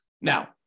Now